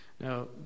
Now